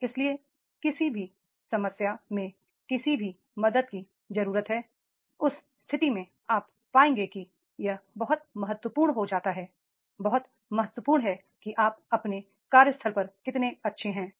और इसलिए किसी भी समस्या में किसी भी मदद की ज़रूरत है उस स्थिति में आप पाएंगे कि यह बहुत महत्वपूर्ण हो जाता है बहुत महत्वपूर्ण है कि आप अपने कार्यस्थल पर कितने अच्छे हैं